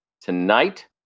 Tonight